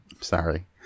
Sorry